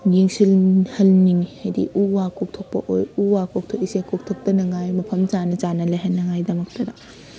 ꯌꯦꯡꯁꯤꯟꯍꯟꯅꯤꯡꯉꯤ ꯍꯥꯏꯕꯗꯤ ꯎ ꯋꯥ ꯀꯣꯛꯊꯣꯛꯄ ꯎ ꯋꯥ ꯀꯣꯛꯊꯣꯛꯏꯁꯦ ꯀꯣꯛꯊꯣꯛꯇꯥꯅꯉꯥꯏ ꯃꯐꯝ ꯆꯥꯅ ꯆꯥꯅ ꯂꯩꯍꯟꯅꯉꯥꯏ ꯗꯃꯛꯇꯗ